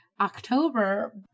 October